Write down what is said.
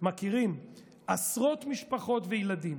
מכירים עשרות משפחות וילדים